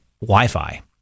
Wi-Fi